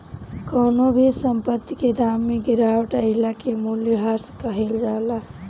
कवनो भी संपत्ति के दाम में गिरावट आइला के मूल्यह्रास कहल जाला